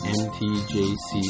mtjc